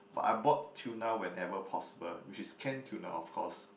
but I bought tuna whenever possible which is canned tuna of course